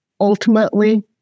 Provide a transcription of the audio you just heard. ultimately